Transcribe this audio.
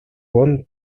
won